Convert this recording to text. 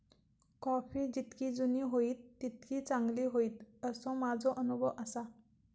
coffee जितकी जुनी होईत तितकी चांगली होईत, असो माझो अनुभव आसा